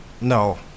No